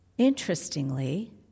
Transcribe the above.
Interestingly